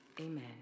Amen